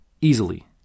easily